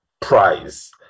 prize